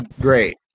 great